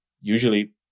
usually